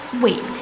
Wait